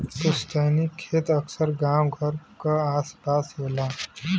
पुस्तैनी खेत अक्सर गांव घर क आस पास होला